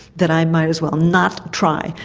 that i might as well not try.